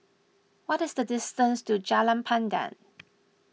what is the distance to Jalan Pandan